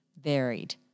varied